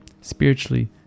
spiritually